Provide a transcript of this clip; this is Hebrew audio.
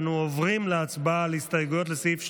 אנו עוברים להצבעה על הסתייגויות לסעיף 12,